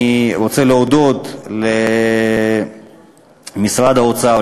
אני רוצה להודות למשרד האוצר,